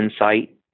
insight